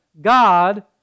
God